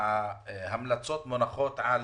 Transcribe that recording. וההמלצות מונחות על